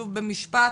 שוב במשפט.